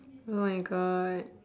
oh my god